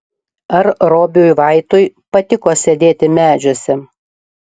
ar robiui vaitui patiko sėdėti medžiuose